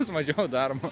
vis mažiau darbo